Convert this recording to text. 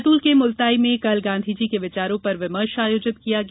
बैतूल के मुलताई में कल गांधीजी के विचारों पर विमर्श आयोजित किया गया